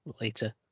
Later